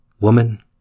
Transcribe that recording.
Woman